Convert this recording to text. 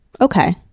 Okay